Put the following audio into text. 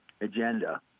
agenda